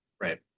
Right